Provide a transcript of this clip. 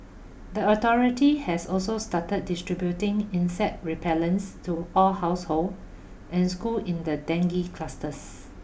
the authority has also started distributing insect repellents to all household and school in the dengue clusters